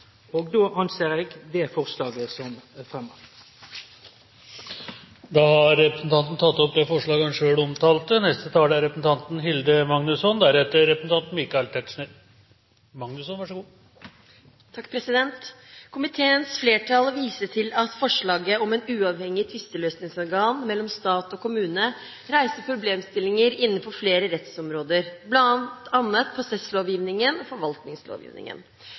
det forslaget som fremja. Representanten Gjermund Hagesæter har tatt opp det forslaget han refererte. Komiteens flertall viser til at forslaget om et uavhengig tvisteløsningsorgan mellom stat og kommune reiser problemstillinger innenfor flere rettsområder, bl.a. prosesslovgivningen og forvaltningslovgivningen.